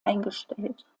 eingestellt